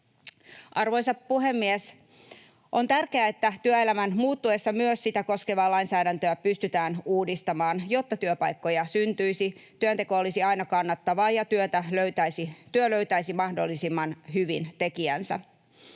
Arvoisa puhemies! On tärkeää, että työelämän muuttuessa myös sitä koskevaa lainsäädäntöä pystytään uudistamaan, jotta työpaikkoja syntyisi, työnteko olisi aina kannattavaa ja työ löytäisi mahdollisimman hyvin tekijänsä.